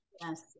Yes